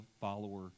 follower